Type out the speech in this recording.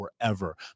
forever